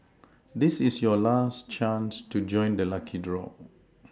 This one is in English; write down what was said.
this is your last chance to join the lucky draw